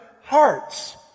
hearts